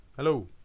Hello